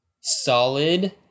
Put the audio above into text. solid